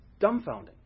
dumbfounding